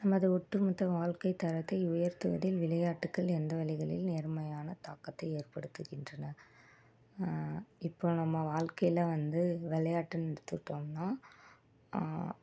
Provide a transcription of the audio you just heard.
நமது ஒட்டு மொத்த வாழ்க்கைத் தரத்தை உயர்த்துவதில் விளையாட்டுக்கள் எந்த வழிகளில் நேர்மறையான தாக்கத்தை ஏற்படுத்துகின்றன இப்போது நம்ம வாழ்க்கையில வந்து விளையாட்டுன்னு எடுத்துகிட்டோம்னால்